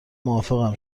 موافقم